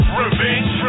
revenge